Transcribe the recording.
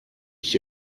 ich